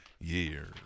years